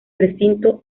recinto